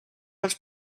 els